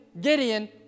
Gideon